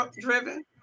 driven